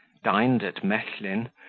dined at mechlin,